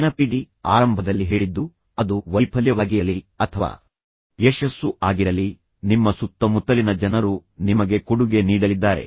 ನೆನಪಿಡಿ ಆರಂಭದಲ್ಲಿ ನಾನು ಹೇಳಿದ್ದು ಅದು ನಿಮ್ಮ ವೈಫಲ್ಯವಾಗಿರಲಿ ಅಥವಾ ನಿಮ್ಮ ಯಶಸ್ಸು ಆಗಿರಲಿ ನಿಮ್ಮ ಸುತ್ತಮುತ್ತಲಿನ ಜನರು ನಿಮಗೆ ಕೊಡುಗೆ ನೀಡಲಿದ್ದಾರೆ